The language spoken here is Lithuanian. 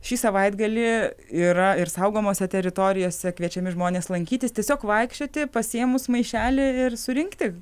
šį savaitgalį yra ir saugomose teritorijose kviečiami žmonės lankytis tiesiog vaikščioti pasiėmus maišelį ir surinkti